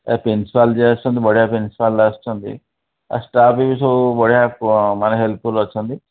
ଏ principal ଯିଏ ଆସିଛନ୍ତି ବଢ଼ିଆ ପ୍ରିନ୍ସପାଲ୍ ଆସିଛନ୍ତି ଆଉ ଷ୍ଟାପ୍ ବି ସବୁ ବଢ଼ିଆ ମାନେ ହେଲ୍ପ୍ଫୁଲ୍ ଅଛନ୍ତି